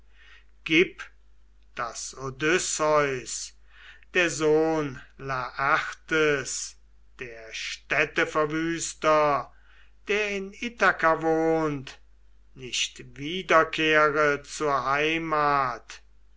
gib daß odysseus der sohn laertes der städteverwüster der in ithaka wohnt nicht wiederkehre zur heimat